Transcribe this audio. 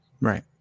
Right